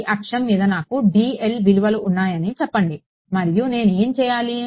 ఈ అక్షం మీద నాకు dl విలువలు ఉన్నాయని చెప్పండి మరియు నేను ఏమి చేయాలి